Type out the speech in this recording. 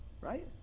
Right